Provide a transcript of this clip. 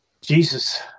jesus